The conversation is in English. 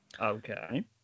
Okay